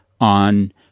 on